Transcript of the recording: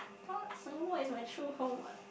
what Singapore is my true home what